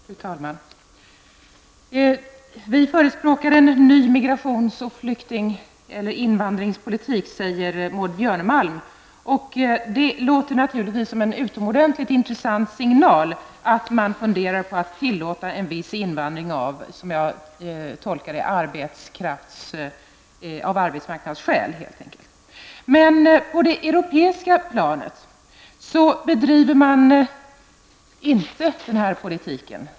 Fru talman! Vi förespråkar en ny immigrationsoch invandringspolitik, säger Maud Björnemalm. Det låter naturligtvis som en utomordentligt intressant signal att man funderar på att tillåta en viss invandring av, som jag tolkar det, arbetsmarknadsskäl. Men på det europeiska planet för man såvitt jag kan se inte den här politiken.